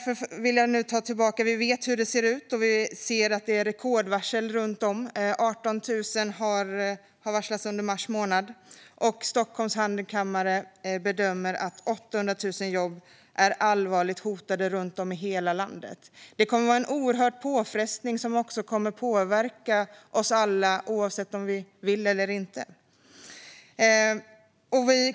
Vi vet hur det ser ut. Vi ser rekordvarsel runt om i landet - 18 000 har varslats under mars månad, och Stockholms handelskammare bedömer att 800 000 jobb är allvarligt hotade runt om i hela landet. Det kommer att vara en oerhörd påfrestning som kommer att påverka oss alla, oavsett om vi vill eller inte.